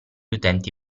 utenti